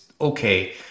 okay